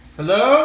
Hello